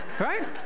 Right